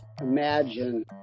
imagine